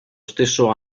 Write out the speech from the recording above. stesso